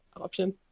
option